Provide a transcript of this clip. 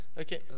Okay